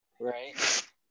Right